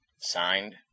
Signed